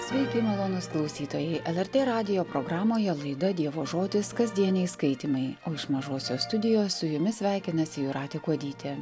sveiki malonūs klausytojai lrt radijo programoje laida dievo žodis kasdieniais skaitymai o iš mažosios studijos su jumis sveikinasi jūratė kuodytė